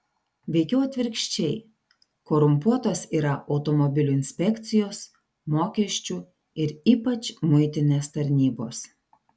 veikiau atvirkščiai korumpuotos yra automobilių inspekcijos mokesčių ir ypač muitinės tarnybos